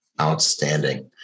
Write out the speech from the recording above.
outstanding